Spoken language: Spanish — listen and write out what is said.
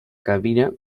cabina